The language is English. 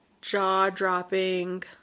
jaw-dropping